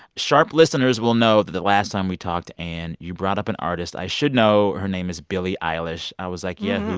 sharp listeners will know that the last time we talked, ann, you brought up an artist i should know. her name is billie eilish. i was like, yeah,